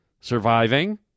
surviving